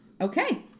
Okay